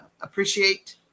appreciate